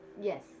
yes